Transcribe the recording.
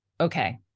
Okay